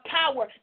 power